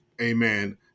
amen